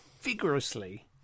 vigorously